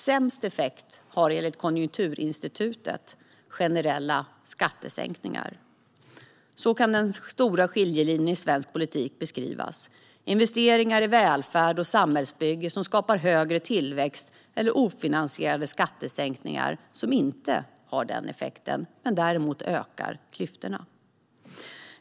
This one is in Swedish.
Sämst effekt har, enligt Konjunkturinstitutet, generella skattesänkningar. Så kan den stora skiljelinjen i svensk politik beskrivas: Investeringar i välfärd och samhällsbygge som skapar högre tillväxt eller ofinansierade skattesänkningar som inte har den effekten men däremot ökar klyftorna.